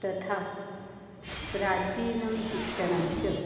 तथा प्राचीनं शिक्षणं च